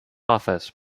office